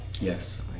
yes